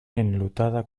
enlutada